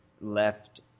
left